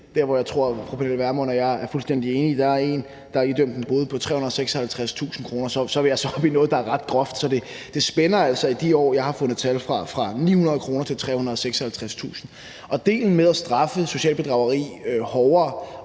Pernille Vermund og jeg er fuldstændig enige, at der er en, der er blevet idømt en bøde på 356.000 kr. Så er vi altså oppe i noget, der er ret groft, så det spænder altså i de år, jeg har fundet tal fra, fra 900 kr. til 356.000 kr. Og idéen med at straffe socialt bedrageri hårdere